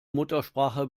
muttersprache